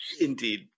indeed